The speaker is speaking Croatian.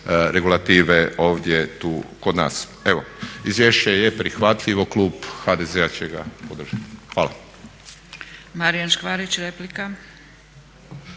regulative ovdje, tu kod nas. Izvješće je prihvatljivo, klub HDZ-a će ga podržati. Hvala.